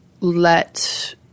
let